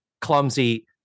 clumsy